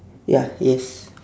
ya yes